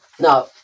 now